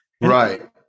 right